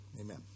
Amen